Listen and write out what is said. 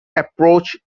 approach